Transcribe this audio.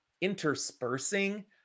interspersing